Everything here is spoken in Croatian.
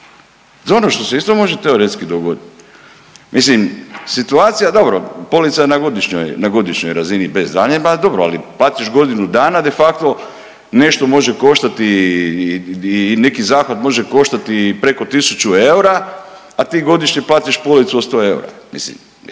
Za ono što se isto može teoretski dogodit. Mislim, situacija dobro polica je na godišnjoj, na godišnjoj razini bez daljnjega, ali dobro platiš godinu dana de facto nešto može koštati i, neki zahvat može koštati preko 1000 eura, a ti godišnje platiš policu od 100 eura. Mislim, isplati